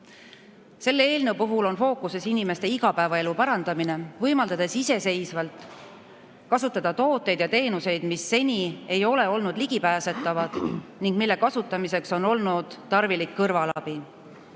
eelnõu puhul on fookuses inimeste igapäevaelu parandamine, võimaldades iseseisvalt kasutada tooteid ja teenuseid, mis seni ei ole olnud ligipääsetavad ning mille kasutamiseks on olnud tarvilik kõrvalabi.